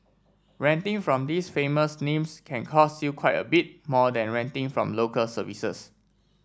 renting from these famous names can cost you quite a bit more than renting from Local Services